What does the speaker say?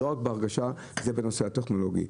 לא רק בהרגשה, זה בנושא הטכנולוגי.